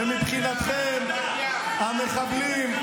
ומבחינתכם המחבלים,